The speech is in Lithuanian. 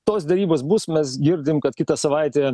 tos derybos bus mes girdim kad kitą savaitę